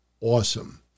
awesome